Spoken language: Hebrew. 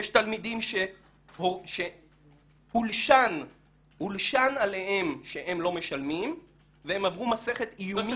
יש תלמידים שהולשן עליהם שהם לא משלמים והם עברו מסכת איומים.